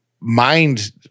mind